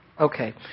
Okay